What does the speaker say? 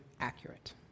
accurate